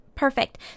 Perfect